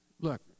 look